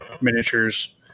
Miniatures